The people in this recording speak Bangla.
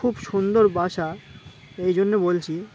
খুব সুন্দর বাসা এই জন্য বলছি